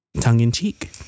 tongue-in-cheek